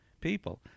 people